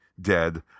dead